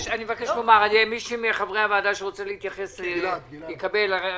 מישהו מחברי הוועדה שירצה לומר דברים יקבל.